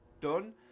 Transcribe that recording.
done